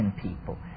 people